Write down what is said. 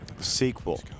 sequel